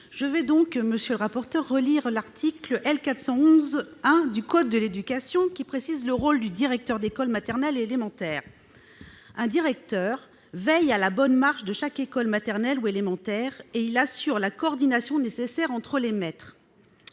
je vais donner lecture d'un passage de l'article L. 411-1 du code de l'éducation, qui précise le rôle du directeur d'école maternelle ou élémentaire :« Un directeur veille à la bonne marche de chaque école maternelle ou élémentaire ; il assure la coordination nécessaire entre les maîtres